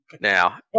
Now